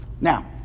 Now